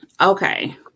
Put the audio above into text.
Okay